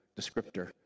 descriptor